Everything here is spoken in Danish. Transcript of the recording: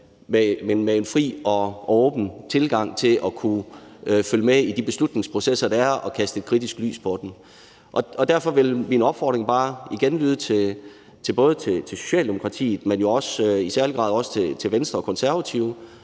er med en fri og åben tilgang til at kunne følge med i de beslutningsprocesser, der er, og til at kaste et kritisk blik på dem. Derfor vil jeg bare igen opfordre både Socialdemokratiet, men jo i særlig grad også Venstre og Konservative